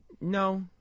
No